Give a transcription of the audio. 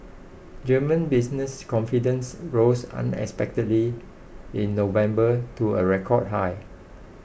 German business confidence rose unexpectedly in November to a record high